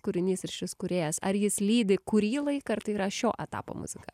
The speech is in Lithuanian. kūrinys ir šis kūrėjas ar jis lydi kurį laiką ar tai yra šio etapo muzika